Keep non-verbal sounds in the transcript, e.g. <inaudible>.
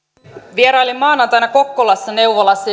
vierailin maanantaina kokkolassa neuvolassa <unintelligible>